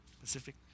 Pacific